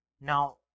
Now